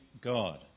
God